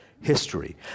history